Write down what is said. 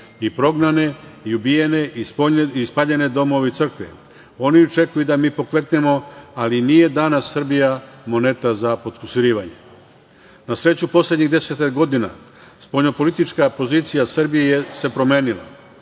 i prognane, ubijene, spaljene domove i crkve, oni očekuju da mi pokleknemo, ali nije danas Srbija moneta za potkusurivanje. Na sreću, poslednjih 10-ak godina, spoljnopolitička pozicija Srbije se promenila.